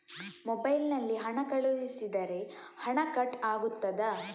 Mobile ನಲ್ಲಿ ಹಣ ಕಳುಹಿಸಿದರೆ ಹಣ ಕಟ್ ಆಗುತ್ತದಾ?